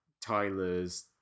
Tyler's